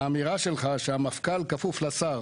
האמירה שלך שהמפכ"ל כפוף לשר